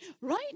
Right